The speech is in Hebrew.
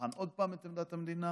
בחן עוד פעם את עמדת המדינה